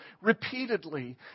repeatedly